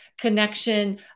connection